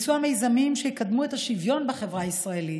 ולביצוע מיזמים שיקדמו את השוויון בחברה הישראלית,